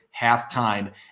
halftime